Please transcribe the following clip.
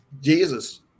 Jesus